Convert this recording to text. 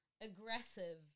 aggressive